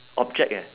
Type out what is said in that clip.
object eh